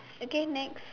again next